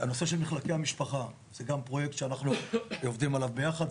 הנושא של מחלקי המשפחה זה הוא גם פרויקט שאנחנו עובדים עליו ביחד,